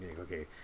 okay